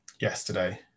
yesterday